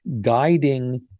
guiding